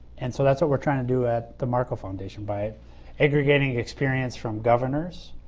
and so, that's what we're trying to do at the marko foundation. by aggregating experience from governors,